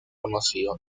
conocido